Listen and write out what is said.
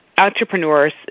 entrepreneurs